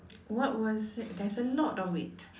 what was it there's a lot of it